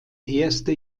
erste